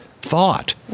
thought